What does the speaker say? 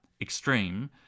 extreme